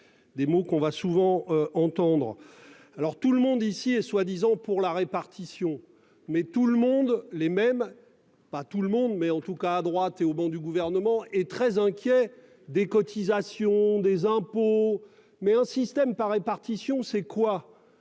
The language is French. Des mots qu'on va souvent entendre. Alors tout le monde ici est soi-disant pour la répartition mais tout le monde les même pas tout le monde mais en tout cas à droite et au banc du gouvernement est très inquiet des cotisations des impôts mais un système par répartition, c'est quoi.